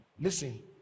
listen